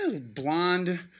blonde